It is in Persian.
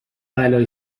بلایی